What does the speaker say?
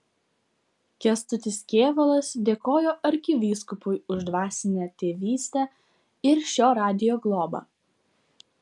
kęstutis kėvalas dėkojo arkivyskupui už dvasinę tėvystę ir šio radijo globą